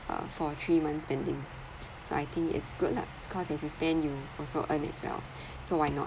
uh for three months' spending so I think it's good lah cause it's spend you also earn as well so why not